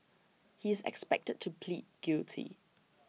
he is expected to plead guilty